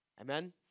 Amen